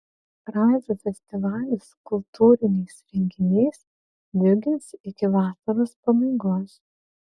kražių festivalis kultūriniais renginiais džiugins iki vasaros pabaigos